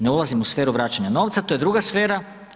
Ne ulazim u sferu vraćanja novca, do je druga sfera.